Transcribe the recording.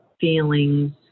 feelings